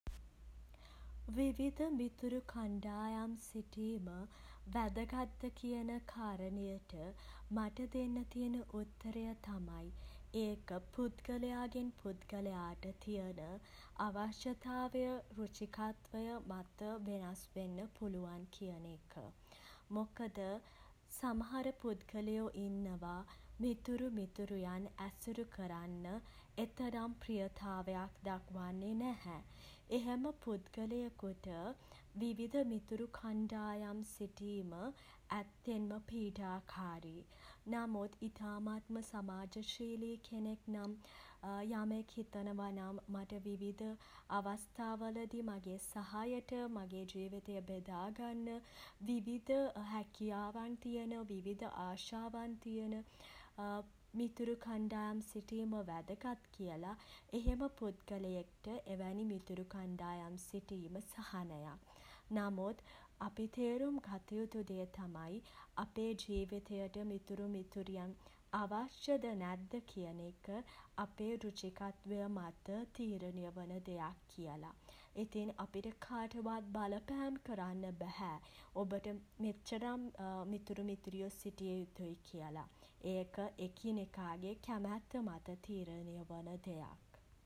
විවිධ මිතුරු කණ්ඩායම් සිටීම වැදැගත්ද කියන කාරණයට මට දෙන්න තියෙන උත්තරය තමයි ඒක පුද්ගලයාගෙන් පුද්ගලයාට තියෙන අවශ්‍යතාවය රුචිකත්වය මත වෙනස් වෙන්න පුළුවන් කියන එක. මොකද සමහර පුද්ගලයො ඉන්නවා මිතුරු මිතුරියන් ඇසුරු කරන්න එතරම් ප්‍රියතාවයක් දක්වන්නේ නැහැ. එහෙම පුද්ගලයෙකුට විවිධ මිතුරු කණ්ඩායම් සිටීම ඇත්තෙන්ම පීඩාකාරී. නමුත් ඉතාමත්ම සමාජශීලී කෙනෙක් නම් යමෙක් හිතනවා නම් මට විවිධ අවස්ථාවලදී මගේ සහයට මගේ ජීවිතය බෙදා ගන්න විවිධ හැකියාවන් තියෙන විවිධ ආශාවන් තියෙන මිතුරු කණ්ඩායම් සිටීම වැදගත් කියල එහෙම පුද්ගලයෙක්ට එවැනි මිතුරු කණ්ඩායම් සිටීම සහනයක්. නමුත් අපි තේරුම් ගත යුතු දේ තමයි අපේ ජීවිතයට මිතුරු මිතුරියන් අවශ්‍යද නැද්ද කියන එක. අපේ රුචිකත්වය මත තීරණය වන දෙයක් කියල. ඉතින් අපිට කාටවත් බලපෑම් කරන්න බැහැ ඔබට මෙච්චරම් මිතුරු මිතුරියෝ සිටිය යුතුයි කියලා. ඒක එකිනෙකාගේ කැමැත්ත මත තීරණය වන දෙයක්.